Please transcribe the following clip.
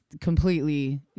completely